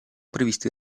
previsti